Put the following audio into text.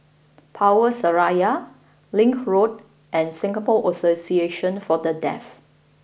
Power Seraya Link Road and Singapore Association for the deaf